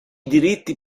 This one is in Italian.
diritti